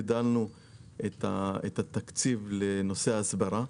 הגדלנו את התקציב לנושא ההסברה.